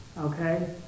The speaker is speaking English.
Okay